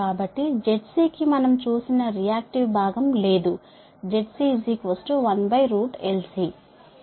కాబట్టి Zc కి మనం చూసిన రియాక్టివ్ భాగం లేదు ZC1LC